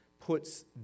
puts